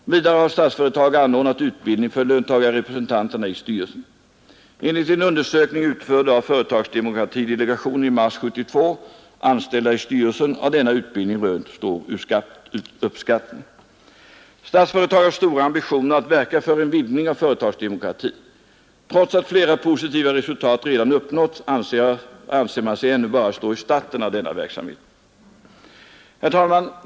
Vidare har Statsföretag anordnat utbildning för löntagarrepresentanterna i styrelsen. Enligt en undersökning utförd av företagsdemokratidelegationen i mars 1972, ”Anställda i styrelsen”, har denna utbildning rönt stor uppskattning. Statsföretag har stora ambitioner att verka för en vidgning av företagsdemokratin. Trots att flera positiva resultat redan uppnåtts anser man sig ännu bara stå i starten av denna verksamhet. Herr talman!